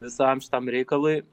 visam šitam reikalui